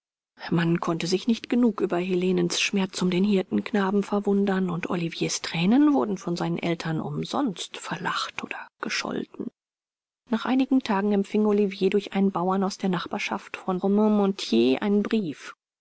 man konnte sich nicht genug über helenens schmerz um den hirtenknaben verwundern und oliviers thränen wurden von seinen eltern umsonst verlacht oder gescholten nach einigen tagen empfing olivier durch einen bauer aus der nachbarschaft von romainmontier einen brief